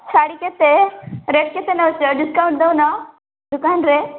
ଶାଢ଼ୀ କେତେ ରେଟ୍ କେତେ ନଉଛ ଡିକାଉଣ୍ଟ ଦଉନ ଦୋକାନରେ